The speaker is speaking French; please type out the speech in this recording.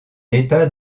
état